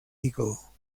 legal